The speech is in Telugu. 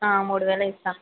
మూడువేలే ఇస్తా